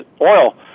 oil